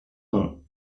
nom